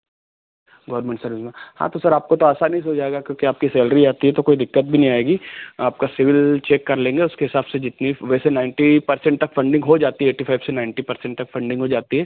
government service में हाँ तो सर आपको तो आसानी से हो जाएगा क्योंकि आपकी सैलरी आती है तो कोई दिक्कत भी नहीं आएगी आपका सिविल चेक कर लेंगे उसके हिसाब से जितनी वैसे नाइन्टी परसेंट तक फ़न्डिंग हो जाती है एट्टी फ़ाइव से नाइन्टी परसेंट तक फ़न्डिंग हो जाती है